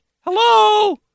hello